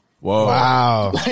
Wow